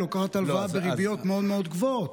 היא לוקחת הלוואה בריביות מאוד גבוהות.